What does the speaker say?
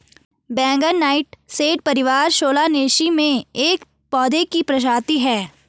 बैंगन नाइटशेड परिवार सोलानेसी में एक पौधे की प्रजाति है